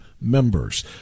members